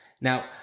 Now